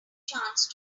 chance